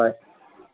হয়